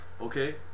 Okay